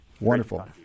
wonderful